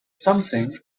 something